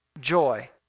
joy